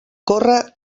córrer